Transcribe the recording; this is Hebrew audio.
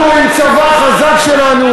אנחנו עם צבא חזק שלנו,